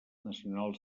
nacionals